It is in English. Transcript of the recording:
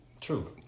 True